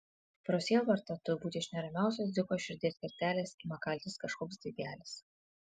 pro sielvartą turbūt iš neramiausios dziko širdies kertelės ima kaltis kažkoks daigelis